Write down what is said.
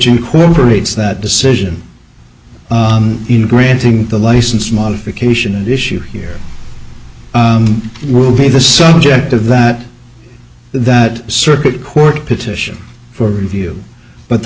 incorporates that decision in granting the license modification and issue here will be the subject of that that circuit court petition for view but the